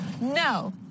no